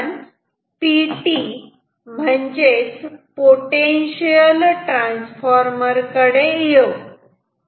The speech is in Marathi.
आता आपण पिटी म्हणजेच पोटेन्शियल ट्रांसफार्मर कडे येऊ